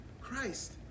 Christ